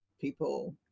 people